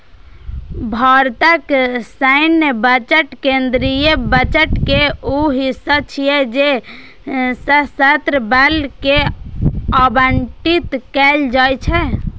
भारतक सैन्य बजट केंद्रीय बजट के ऊ हिस्सा छियै जे सशस्त्र बल कें आवंटित कैल जाइ छै